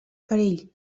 perill